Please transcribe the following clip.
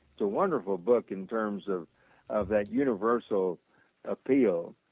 it's a wonderful book in terms of of a universal appeal.